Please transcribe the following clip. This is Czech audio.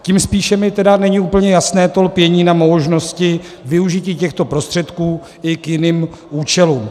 Tím spíše mi tedy není úplně jasné to lpění na možnosti využití těchto prostředků i k jiným účelům.